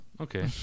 Okay